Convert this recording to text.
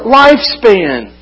lifespan